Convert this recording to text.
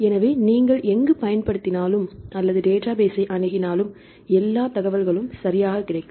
எனவே நீங்கள் எங்கு பயன்படுத்தினாலும் அல்லது டேட்டாபேஸ்ஸை அணுகினாலும் எல்லா தகவல்களும் சரியாக கிடைக்கும்